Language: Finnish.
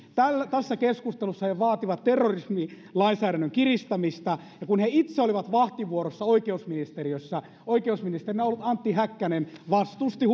tässä keskustelussa he vaativat terrorismilainsäädännön kiristämistä kun he itse olivat vahtivuorossa oikeusministeriössä oikeusministerinä ollut antti häkkänen vastusti